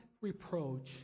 reproach